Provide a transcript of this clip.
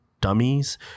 dummies